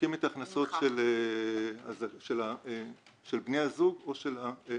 בודקים את ההכנסות של בני הזוג או של המבוטח.